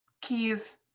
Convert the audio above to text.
keys